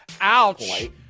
Ouch